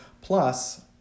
plus